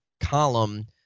column